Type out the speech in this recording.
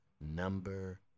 Number